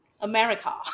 America